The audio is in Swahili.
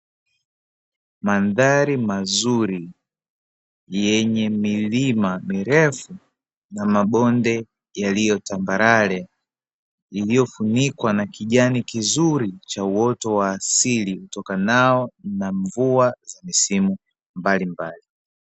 Mandhari nzuri yenye milima mirefu na mabonde yaliyo tambarare, iliyofunikwa na kijani kizuri cha uoto wa asili, utokanao na mvua za sehemu mbalimbali.